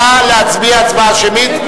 נא להצביע הצבעה שמית,